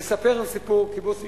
אספר את סיפור קיבוץ משמר-הנגב,